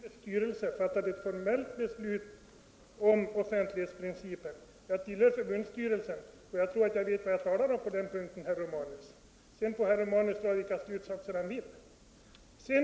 Herr talman! För det första har Landstingsförbundets styrelse fattat ett formellt beslut om offentlighetsprincipen. Jag tillhör förbundsstyrelsen och jag tror att jag vet vad jag talar om på den punkten, herr Romanus! Sedan får herr Romanus dra vilka slutsatser han vill.